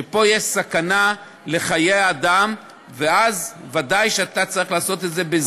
שפה יש סכנה לחיי אדם ואז ודאי שאתה צריך לעשות את זה בזריזות.